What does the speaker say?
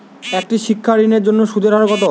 একটি শিক্ষা ঋণের জন্য সুদের হার কত?